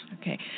Okay